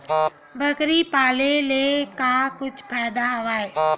बकरी पाले ले का कुछु फ़ायदा हवय?